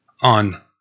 on